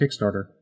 Kickstarter